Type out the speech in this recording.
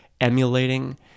emulating